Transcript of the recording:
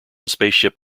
spaceship